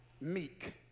Meek